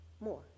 More